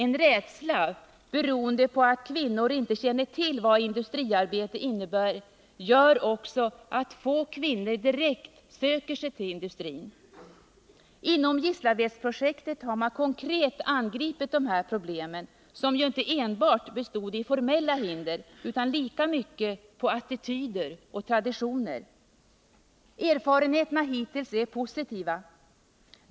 En rädsla, beroende på att kvinnor inte känner till vad industriarbete innebär, gör också att få kvinnor direkt söker sig till industrin. Inom Gislavedprojektet har man konkret angripit dessa problem, som ju inte enbart bestod i formella hinder utan lika mycket i attityder och traditioner. Erfarenheterna hittills är positiva.